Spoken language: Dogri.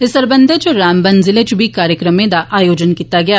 इस सरबंधै च रामबन ज़िले च बी कार्यक्रम दा आयोजन कीता गेआ